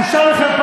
לחם,